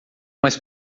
mais